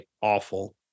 awful